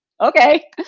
okay